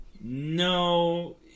no